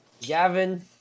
Gavin